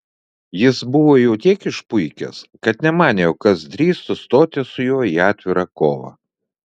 jis buvo jau tiek išpuikęs kad nemanė jog kas drįstų stoti su juo į atvirą kovą